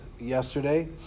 yesterday